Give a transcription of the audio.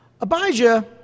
Abijah